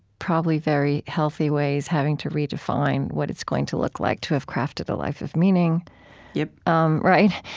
probably very healthy ways, having to redefine what it's going to look like to have crafted a life of meaning yep um right.